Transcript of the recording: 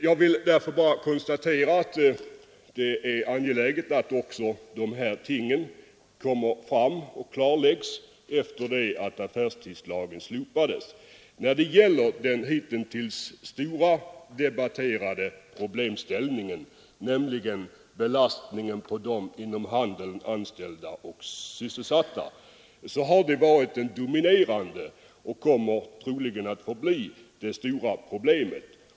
Jag vill därför bara konstatera att det är angeläget att också utvecklingen på dessa punkter efter affärstidslagens slopande klarläggs. Belastningen på de inom handeln anställda har hittills varit det dominerande problemet i debatten och kommer troligen att så förbli.